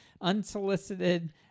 unsolicited